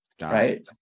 right